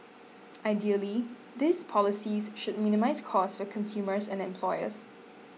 ideally these policies should minimise cost for consumers and employers